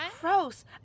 Gross